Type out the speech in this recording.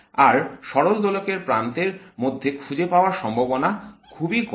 আর সরল দোলকের প্রান্তের মধ্যে খুঁজে পাওয়ার সম্ভাবনা খুবই কম